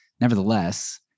Nevertheless